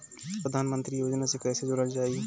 प्रधानमंत्री योजना से कैसे जुड़ल जाइ?